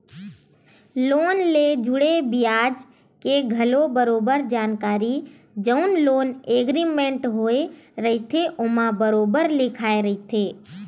loan ले जुड़े बियाज के घलो बरोबर जानकारी जउन लोन एग्रीमेंट होय रहिथे ओमा बरोबर लिखाए रहिथे